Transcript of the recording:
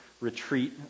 retreat